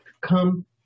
come